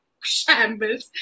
shambles